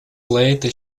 later